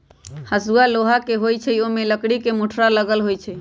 हसुआ लोहा के होई छई आ ओमे लकड़ी के मुठरा लगल होई छई